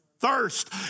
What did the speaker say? Thirst